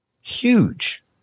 Huge